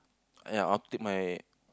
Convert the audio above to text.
ya I want take my